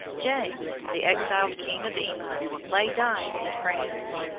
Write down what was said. james, the exiled king of england, lay dying in france,